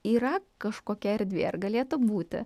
yra kažkokia erdvė ar galėtų būti